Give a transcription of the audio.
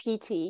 PT